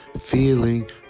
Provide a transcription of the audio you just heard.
feeling